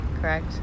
correct